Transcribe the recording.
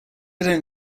don’t